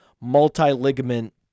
multi-ligament